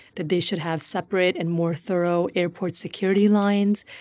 that they should have separate and more thorough airport security lines,